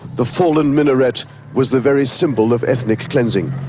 the fallen minaret was the very symbol of ethnic cleansing.